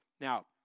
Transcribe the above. Now